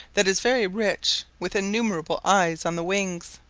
that is very rich, with innumerable eyes on the wings.